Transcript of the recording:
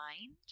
mind